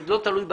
זה לא תלוי בכם.